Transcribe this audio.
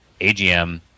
AGM